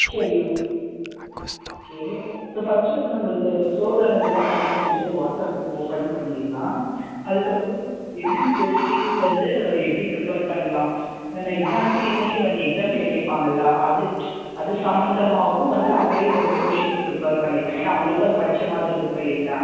சரி ஓகே இப்போ ஃபர்ஸ்ட் வந்து நம்மளுக்கு அந்த ஸ்லோ லேர்னர்ஸ் எல்லாம் தனியாக பிரித்து ஒரு வாட்ஸப் குரூப் ஓப்பன் பண்ணிடலாம் அதுக்கப்புறம் என்னென்ன கொஷின்ஸ் வந்து எப்படி ப்ரிப்பர் பண்ணலாம் நம்ம எக்ஸாம்ஸுமே வந்து எக்ஸாமில் கேட்பாங்கல அது அது சம்பந்தமாவும் வந்து அப்படியே வந்து கொஷின்ஸ் ப்ரிப்பர் பண்ணிடலாம் ஏன்னால் அவர்களுக்கும் அது படித்த மாதிரி இருக்கும் இல்லைங்களா